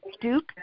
Duke